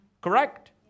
Correct